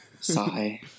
Sigh